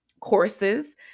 courses